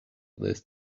this